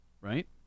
Right